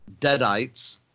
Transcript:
Deadites